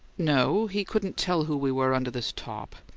no he couldn't tell who we were under this top,